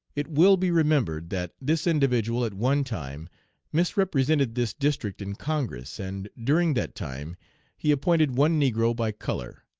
it will be remembered that this individual at one time misrepresented this district in congress, and during that time he appointed one negro by color,